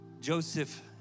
Joseph